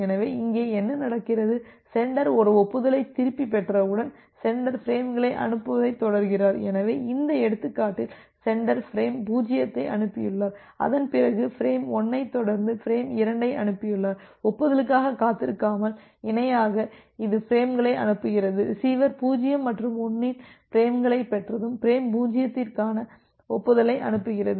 எனவே இங்கே என்ன நடக்கிறது சென்டர் ஒரு ஒப்புதலைத் திரும்பப் பெற்றவுடன் சென்டர் பிரேம்களை அனுப்புவதைத் தொடர்கிறார் எனவே இந்த எடுத்துக்காட்டில் சென்டர் பிரேம் 0ஐ அனுப்பியுள்ளார் அதன்பிறகு பிரேம் 1ஐத் தொடர்ந்து பிரேம் 2ஐ அனுப்பியுள்ளார்ஒப்புதலுக்காகக் காத்திருக்காமல் இணையாக இது பிரேம்களை அனுப்புகிறது ரிசீவர் 0 மற்றும் 1இன் பிரேம்களைப் பெற்றது பிரேம் 0 க்கான ஒப்புதலை அனுப்புகிறது